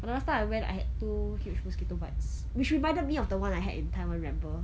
but the last time I went I had two huge mosquito bites which reminded me of the one I had in taiwan remember